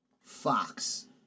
Fox